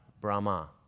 Brahma